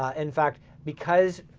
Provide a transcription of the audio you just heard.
ah in fact because,